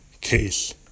case